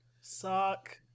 Sock